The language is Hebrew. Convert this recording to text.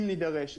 אם נידרש,